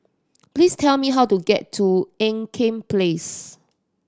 please tell me how to get to Ean Kiam Place